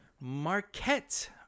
Marquette